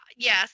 Yes